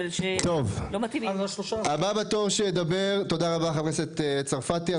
טוב, הבא בתור שידבר, תודה רבה חברת הכנסת צרפתי.